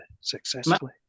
successfully